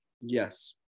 Yes